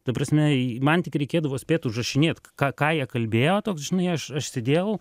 ta prasme man tik reikėdavo spėt užrašinėt ką ką jie kalbėjo toks žinai aš aš sėdėjau